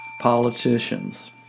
Politicians